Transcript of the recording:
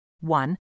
One